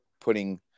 putting